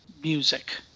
music